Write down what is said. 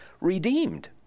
redeemed